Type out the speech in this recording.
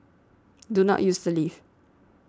do not use the lift